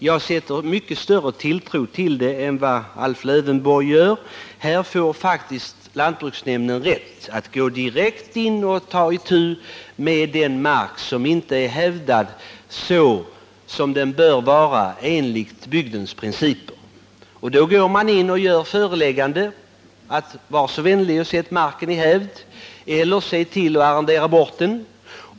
Jag sätter mycket större tilltro till detta förslag än vad Alf Lövenborg gör. Lantbruksnämnden får nu rätt att gå direkt in och ta itu med den mark som inte är hävdad som den bör vara enligt bygdens principer. Lantbruksnämnden kan då ge ägaren ett föreläggande: Var så vänlig och sätt marken i hävd eller arrendera bort den!